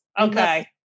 Okay